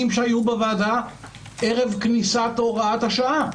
שהיו בוועדה ערב כניסת הוראת השעה.